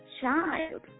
child